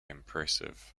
impressive